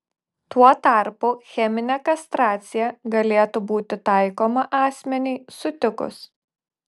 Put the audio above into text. tuo tarpu cheminė kastracija galėtų būti taikoma asmeniui sutikus